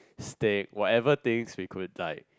stick whatever things we could like